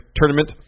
Tournament